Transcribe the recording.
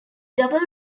double